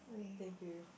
thank you